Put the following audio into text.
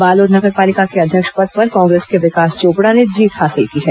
बालोद नगर पालिका के अध्यक्ष पद पर कांग्रेस के विकास चोपड़ा ने जीत हासिल की है